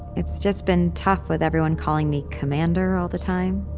it's just been tough with everyone calling me commander all the time.